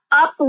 up